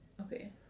Okay